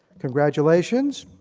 congratulations,